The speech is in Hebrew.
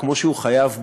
כמו שהוא חייב בדיור,